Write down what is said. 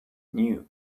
new